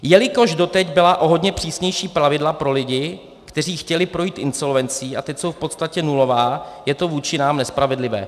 Jelikož doteď byla o hodně přísnější pravidla pro lidi, kteří chtěli projít insolvencí, a teď jsou v podstatě nulová, je to vůči nám nespravedlivé.